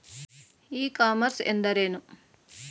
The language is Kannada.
ಇ ಕಾಮರ್ಸ್ ಎಂದರೇನು?